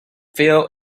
felt